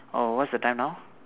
oh what's the time now